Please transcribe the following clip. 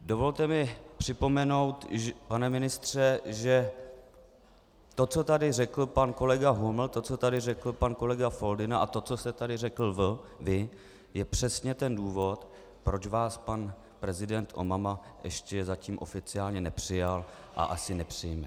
Dovolte mi připomenout, pane ministře, že to, co tady řekl pan kolega Huml, to, co tady řekl pan kolega Foldyna, a to, co jste tady řekl vy, je přesně ten důvod, proč vás pan prezident Obama ještě zatím oficiálně nepřijal a asi nepřijme.